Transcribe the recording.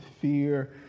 fear